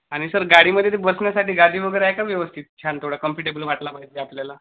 आणि सर गाडीमध्ये ते बसण्यासाठी गादी वगैरे आहे का व्यवस्थित छान थोडा कंफटेबल वाटला पाहिजे आपल्याला